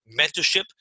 mentorship